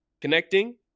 connecting